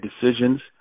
decisions